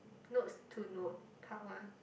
notes to note part one